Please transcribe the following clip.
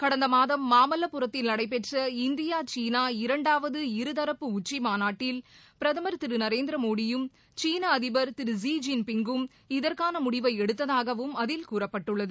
கடந்த மாதம் மாமல்லபுரத்தில் நடைபெற்ற இந்தியா சீனா இரண்டாவது இருதரப்பு உச்சி மாநாட்டில் பிரதமர் திரு நரேந்திரமோடியும் சீன அதிபர் லி ஜின் பிங்கும் இதற்கான முடிவை எடுத்ததாகவும் அதில் கூறப்பட்டுள்ளது